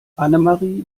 annemarie